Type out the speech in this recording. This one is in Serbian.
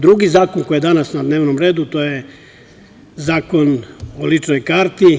Drugi zakon koji je danas na dnevnom redu, to je Zakon o ličnoj karti.